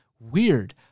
Weird